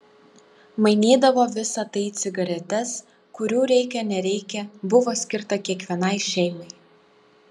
mainydavo visa tai į cigaretes kurių reikia nereikia buvo skirta kiekvienai šeimai